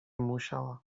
musiała